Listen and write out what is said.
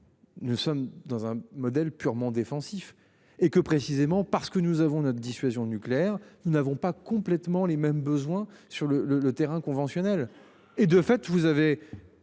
Nous sommes dans un modèle purement défensif et que précisément parce que nous avons notre dissuasion nucléaire, nous n'avons pas complètement les mêmes besoins sur le le le terrain conventionnelle et de fait vous avez